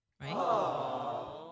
Right